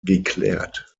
geklärt